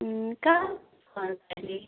कहाँ छौ अन्त ऐले